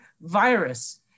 virus